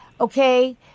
okay